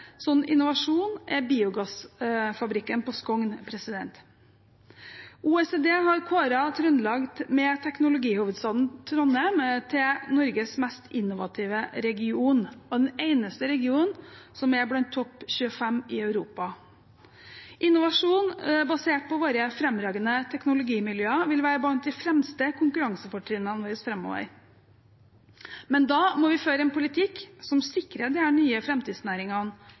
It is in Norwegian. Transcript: sånn innovasjon er biogassfabrikken på Skogn. OECD har kåret Trøndelag med teknologihovedstaden Trondheim til Norges mest innovative region. Det er den eneste regionen som er blant topp 25 i Europa. Innovasjon basert på våre fremragende teknologimiljøer vil være blant de fremste konkurransefortrinnene våre framover, men da må vi føre en politikk som sikrer disse nye